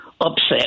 upset